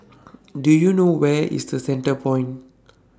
Do YOU know Where IS The Centrepoint